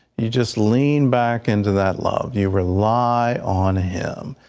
you just leaned back into that love. you rely on him.